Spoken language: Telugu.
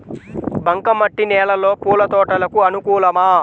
బంక మట్టి నేలలో పూల తోటలకు అనుకూలమా?